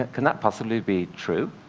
can that possibly be true?